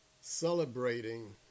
celebrating